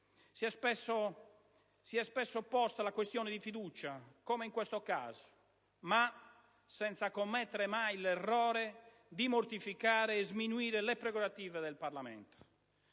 si è spesso posta la questione di fiducia, come in questo caso, ma senza commettere mai l'errore di mortificare e sminuire le prerogative del Parlamento.